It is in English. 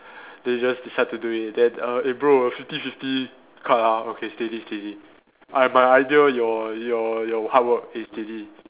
they just decide to do it then err eh bro fifty fifty cut ah okay steady steady I my idea your your your hard work is steady